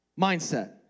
mindset